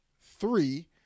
three